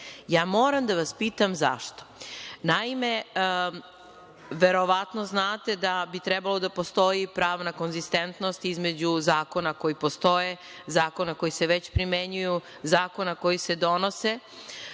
stanje. Moram da vas pitam zašto? Naime, verovatno znate da bi trebalo da postoji pravna konzistentnost između zakona koji postoje, zakona koji se već primenjuju, zakona koji se donose